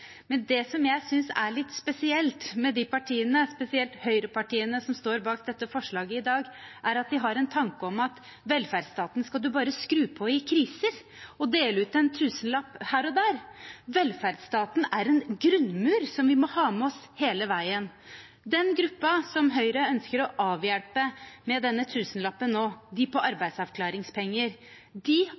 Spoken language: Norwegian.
Men det jeg synes er litt spesielt med de partiene, spesielt høyrepartiene, som står bak dette forslaget i dag, er at de har en tanke om at velferdsstaten skal man bare skru på i kriser og dele ut en tusenlapp her og der. Velferdsstaten er en grunnmur som vi må ha med oss hele veien. Den gruppen som Høyre ønsker å avhjelpe med denne tusenlappen nå, dem på arbeidsavklaringspenger,